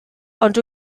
ond